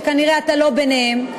שכנראה אתה לא ביניהם,